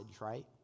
right